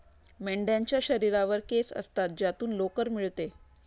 मेंढ्यांच्या शरीरावर केस असतात ज्यातून लोकर मिळते